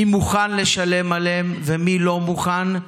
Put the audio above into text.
מי מוכן לשלם עליהם ומי לא מוכן,